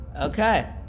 Okay